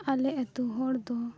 ᱟᱞᱮ ᱟᱹᱛᱩ ᱦᱚᱲᱫᱚ